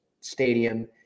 stadium